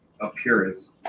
appearance